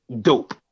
dope